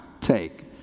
take